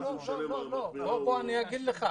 אני אומר לך.